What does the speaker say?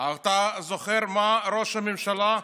אתה זוכר מה ראש הממשלה,